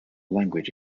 language